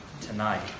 tonight